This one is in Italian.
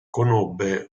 conobbe